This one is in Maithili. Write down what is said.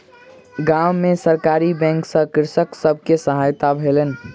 गाम में सरकारी बैंक सॅ कृषक सब के सहायता भेलैन